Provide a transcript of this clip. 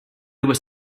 was